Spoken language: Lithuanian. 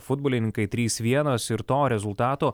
futbolininkai trys vienas ir to rezultato